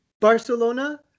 Barcelona